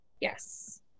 Yes